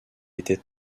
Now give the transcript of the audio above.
était